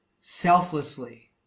selflessly